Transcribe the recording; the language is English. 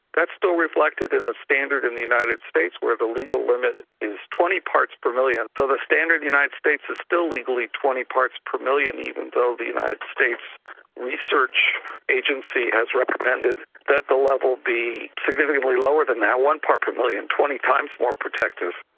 that still reflected in the standard in the united states where the legal limit is twenty parts per million. so the standard in the united states is still legally twenty parts per million, even though the united states research agency has recommended that the level be significantly lower than that, one part per million, twenty times more protective.